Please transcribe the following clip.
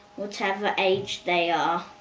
whatever age they are.